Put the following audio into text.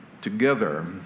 together